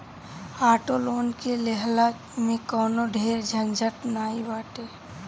auto loan के लेहला में कवनो ढेर झंझट नाइ बाटे